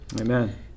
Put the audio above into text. Amen